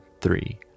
three